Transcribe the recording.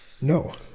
No